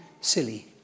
silly